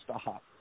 stop